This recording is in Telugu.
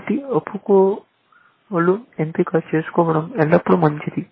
కాబట్టి ఒప్పుకోలు ఎంపిక చేసుకోవడం ఎల్లప్పుడూ మంచిది